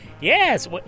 yes